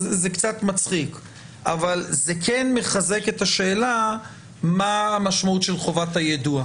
זה קצת מצחיק אבל זה כן מחזק את השאלה מה המשמעות של חובת היידוע.